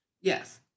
Yes